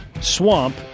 swamp